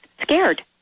scared